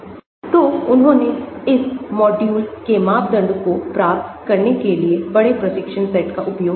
तो उन्होंने इस मॉड्यूल के मापदंडों को प्राप्त करने के लिए बड़े प्रशिक्षण सेट का उपयोग किया